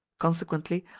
consequently,